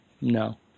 No